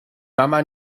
mama